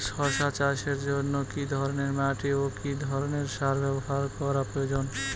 শশা চাষের জন্য কি ধরণের মাটি ও কি ধরণের সার ব্যাবহার করা প্রয়োজন?